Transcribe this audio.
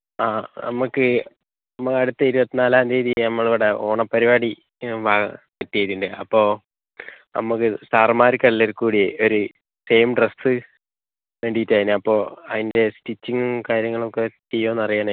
ആ നമുക്ക് നമുക്ക് അടുത്ത ഇരുപത്തിനാലാം തീയതി നമ്മളിവിടെ ഓണപരിപാടി വ ഫിക്സ് ചെയ്തിട്ടുണ്ട് അപ്പോൾ നമുക്ക് സാറമ്മാർക്ക് എല്ലാവർക്കും കൂടി ഒരു സെയിം ഡ്രസ്സ് വേണ്ടിയിട്ടായിനു അപ്പോൾ അതിന്റെ സ്റ്റിച്ചിങ്ങും കാര്യങ്ങളൊക്കെ ചെയ്യുമോ എന്നറിയാനായിനു